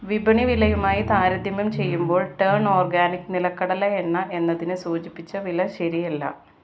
വിപണി വിലയുമായി താരതമ്യം ചെയ്യുമ്പോൾ ടേൺ ഓർഗാനിക് നിലക്കടല എണ്ണ എന്നതിന് സൂചിപ്പിച്ച വില ശരിയല്ല